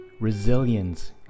resilience